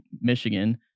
Michigan